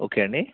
okay అండి